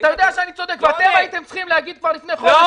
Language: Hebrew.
אתם הייתם צריכים להגיד כבר לפני חודש